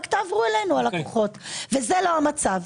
רק תעברו אלינו הלקוחות וזה לא המצב.